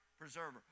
preserver